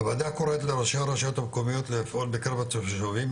הוועדה קוראת לראשי הרשויות המקומיות לפעול בקרב התושבים,